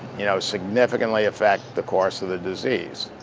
you know, significantly affect the course of the disease.